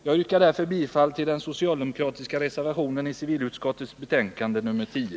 Jag yrkar därför bifall till den socialdemokratiska reservationen i civilutskottets betänkande nr 10.